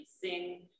sing